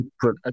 put